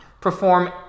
perform